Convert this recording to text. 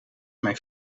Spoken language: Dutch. mijn